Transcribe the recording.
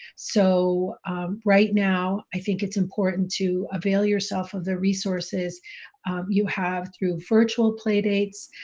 so right now i think it's important to avail yourself of the resources you have through virtual play dates,